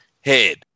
head